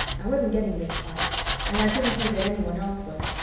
i wasn't getting this part and i couldn't see that anyone else was,